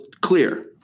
clear